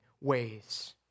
ways